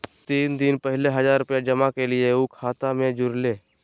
तीन दिन पहले हजार रूपा जमा कैलिये, ऊ खतबा में जुरले?